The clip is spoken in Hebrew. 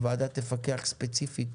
הוועדה תפקח ספציפית